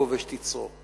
הכובש את יצרו.